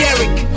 Eric